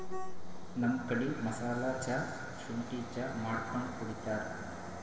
ನಮ್ ಕಡಿ ಮಸಾಲಾ ಚಾ, ಶುಂಠಿ ಚಾ ಮಾಡ್ಕೊಂಡ್ ಕುಡಿತಾರ್